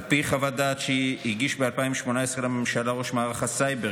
על פי חוות דעת שהגיש ב-2018 לממשלה ראש מערך הסייבר,